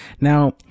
now